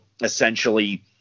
essentially